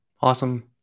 Awesome